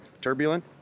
turbulent